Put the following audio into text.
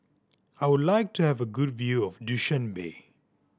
I would like to have a good view of Dushanbe